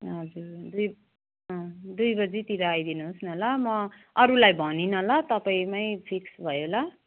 हजुर दुई अँ दुई बजीतिर आइदिनुहोस् न ल म अरूलाई भनिनँ ल तपाईँमै फिक्स भयो ल